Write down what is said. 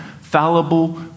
fallible